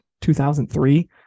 2003